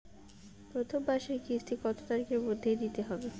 প্রথম মাসের কিস্তি কত তারিখের মধ্যেই দিতে হবে?